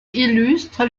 illustre